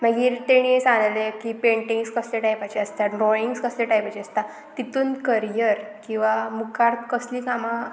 मागीर तेणी सांगलेले की पेंटिंग्स कसले टायपाचे आसता ड्रॉइंग्स कसले टायपाचे आसता तितून करियर किंवां मुखार कसली कामां